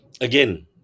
Again